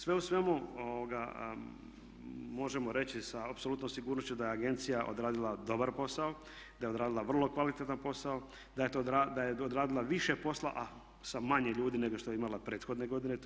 Sve u svemu možemo reći sa apsolutnom sigurnošću da je agencija odradila dobar posao, da je odradila vrlo kvalitetan posao, da je odradila više posla, a sa manje ljudi nego što je imala prethodne godine.